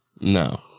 No